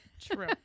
true